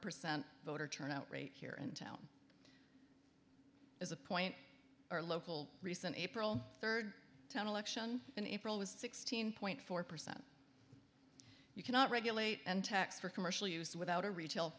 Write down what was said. percent voter turnout rate here in town as a point our local recent april third ten election in april was sixteen point four percent you cannot regulate and tax for commercial use without a retail